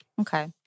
okay